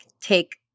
take